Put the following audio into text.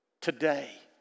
today